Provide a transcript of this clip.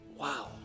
wow